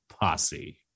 Posse